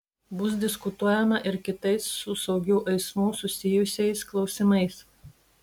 bus diskutuojama ir kitais su saugiu eismu susijusiais klausimais